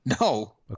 No